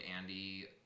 Andy